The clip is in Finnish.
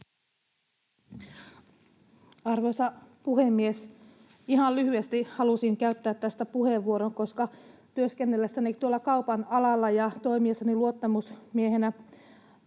Arvoisa puhemies! Ihan lyhyesti halusin käyttää tästä puheenvuoron, koska työskennellessäni tuolla kaupan alalla ja toimiessani luottamusmiehenä